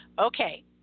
okay